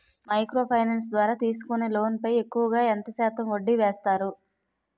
Micro finance ద్వారా తీసుకునే loan పై ఎక్కువుగా ఎంత శాతం వడ్డీ వేస్తారు?